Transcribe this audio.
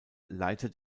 leitet